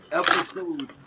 episode